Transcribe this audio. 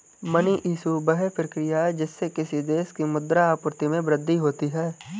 money issue, वह प्रक्रिया है जिससे किसी देश की मुद्रा आपूर्ति में वृद्धि होती है